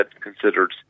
considered